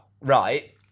right